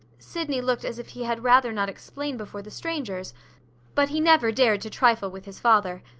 sydney looked as if he had rather not explain before the strangers but he never dared to trifle with his father.